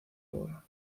boda